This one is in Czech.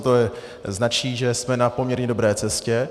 To značí, že jsme na poměrně dobré cestě.